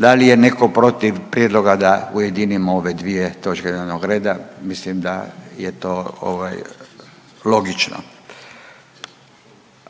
Da li je netko protiv prijedloga da ujedinimo ove dvije točke dnevnog reda? Mislim da je to logično.